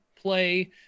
play